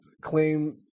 claim